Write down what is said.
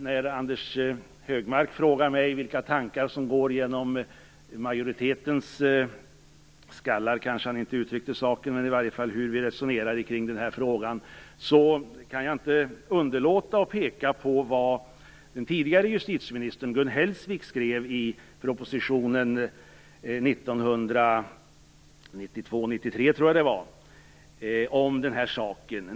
När Anders G Högmark frågar mig vilka tankar som går genom majoritetens huvuden och hur vi resonerar i den här frågan kan jag inte underlåta att peka på vad den tidigare justitieministern Gun Hellsvik skrev i propositionen 1992-1993, tror jag det var, om denna sak.